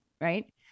right